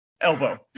elbow